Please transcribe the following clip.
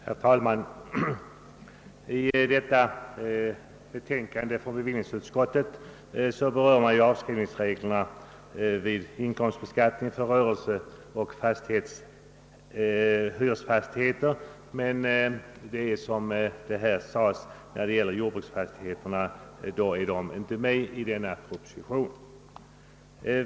Herr talman! I detta betänkande från bevillningsutskottet berör man ju avskrivningsreglerna vid inkomstbeskattningen för rörelseoch hyresfastigheter men, såsom här sagts, jordbruksfastigheterna är inte medtagna i ifrågavarande proposition.